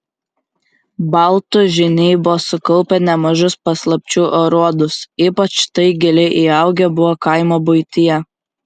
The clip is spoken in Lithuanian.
baltų žyniai buvo sukaupę nemažus paslapčių aruodus ypač tai giliai įaugę buvo kaimo buityje